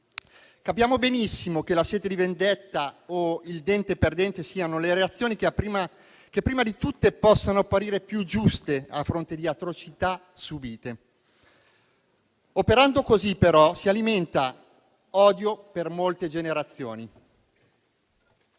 Capiamo benissimo che la sete di vendetta o il "dente per dente" siano le reazioni che prima di tutte possano apparire più giuste a fronte di atrocità subite. Operando così, però, si alimenta odio per molte generazioni;